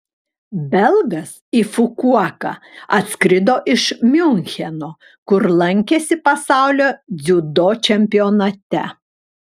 belgas į fukuoką atskrido iš miuncheno kur lankėsi pasaulio dziudo čempionate